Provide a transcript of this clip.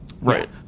Right